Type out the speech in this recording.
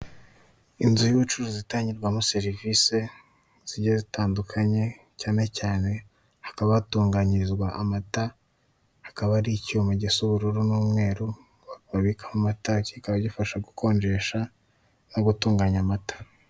Inzu y'ubucuruzi itangirwamo serivise zigiye zitandukanye cyane cyane hakaba hatunganyirizwa amata, hakaba hari icyuma gisa ubururu n'umweru, babikamo amata kikaba gifasha gukonjesha no gutunganya amata.